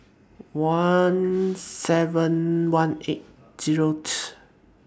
one seven one eight zeroth